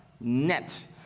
net